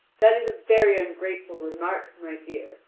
that is very ungrateful remark, my dear,